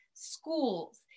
schools